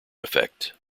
effect